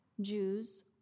Jews